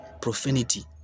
profanity